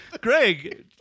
Greg